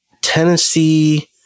Tennessee